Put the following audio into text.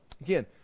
Again